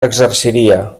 exerciria